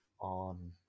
on